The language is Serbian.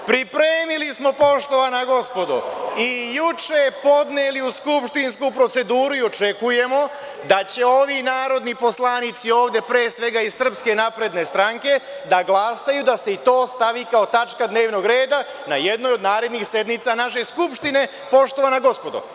Pripremili smo, poštovana gospodo i juče podneli u skupštinsku proceduru i očekujemo da će oni narodni poslanici ovde, pre svega iz SNS, da glasaju da se i to stavi kao tačka dnevnog reda na jednoj od narednih sednica naše Skupštine, poštovana gospodo.